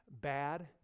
bad